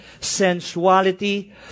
sensuality